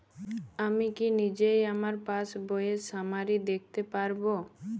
আমি কি নিজেই আমার পাসবইয়ের সামারি দেখতে পারব?